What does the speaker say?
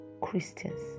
Christians